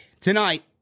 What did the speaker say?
tonight